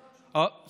זו לא התשובה.